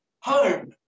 home